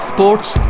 Sports